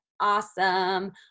awesome